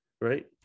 right